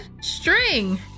string